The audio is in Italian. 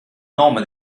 nome